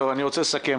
אני רוצה לסכם.